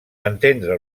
entendre